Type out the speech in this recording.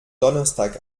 donnerstag